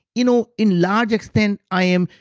you know in large extent i am.